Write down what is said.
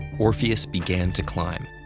orpheus began to climb.